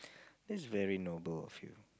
that's very noble of you